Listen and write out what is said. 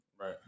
right